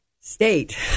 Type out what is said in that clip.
state